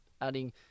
adding